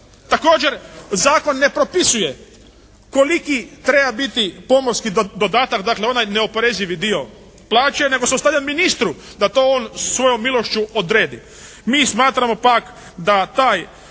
Također zakon ne propisuje koliki treba biti pomorski dodataka dakle onaj neoporezivi dio plaće nego se ostavlja ministru da to on svojom milošću odredi. Mi smatramo pak da taj